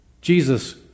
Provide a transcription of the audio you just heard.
Jesus